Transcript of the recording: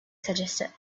suggested